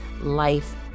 life